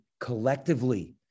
collectively